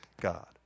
God